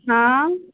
हँ